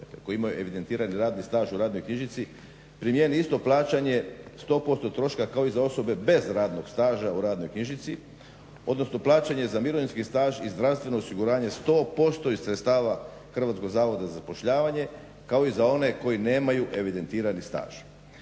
koje imaju evidentirani radni staž u radnoj knjižici primjeni isto plaćanje 100% troška kao i za osobe bez radnog staža u radnoj knjižici odnosno plaćanje za mirovinski staž i zdravstveno osiguranje 100% iz sredstava Hrvatskog zavoda za zapošljavanje kao i za one koji nemaju evidentirani staž.